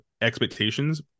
expectations